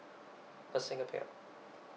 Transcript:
a single payout